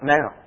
Now